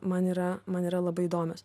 man yra man yra labai įdomios